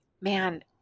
man